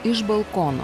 iš balkono